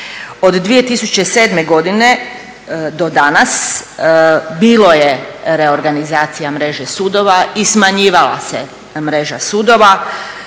od 2007. godine do danas bilo je reorganizacije mreže sudova i smanjivala se mreža sudova.